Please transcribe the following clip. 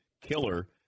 Killer